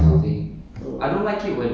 你应该去啊